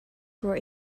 were